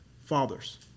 fathers